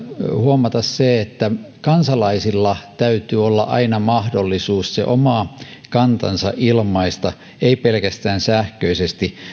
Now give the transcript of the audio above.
huomata se että kansalaisilla täytyy olla aina mahdollisuus se oma kantansa ilmaista ei pelkästään sähköisesti